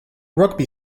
rugby